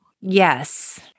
Yes